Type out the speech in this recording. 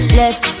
left